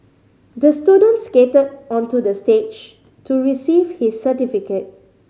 the student skated onto the stage to receive his certificate